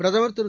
பிரதமர் திரு